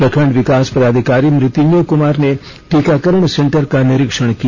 प्रखंड विकास पदाधिकारी मृत्युंजय कुमार ने टीकाकरण सेंटर का निरीक्षण किया